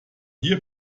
der